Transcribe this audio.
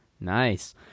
Nice